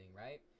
right